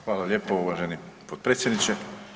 Hvala lijepo uvaženi potpredsjedniče.